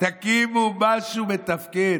תקימו משהו מתפקד.